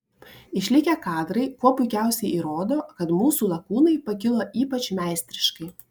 išlikę kadrai kuo puikiausiai įrodo kad mūsų lakūnai pakilo ypač meistriškai